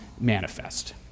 manifest